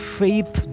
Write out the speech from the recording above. faith